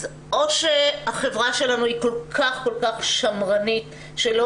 אז או שהחברה שלנו היא כל כך כל כך שמרנית שלא